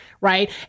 right